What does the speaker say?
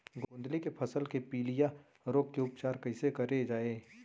गोंदली के फसल के पिलिया रोग के उपचार कइसे करे जाये?